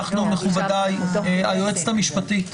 היועצת המשפטית,